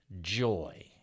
joy